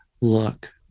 look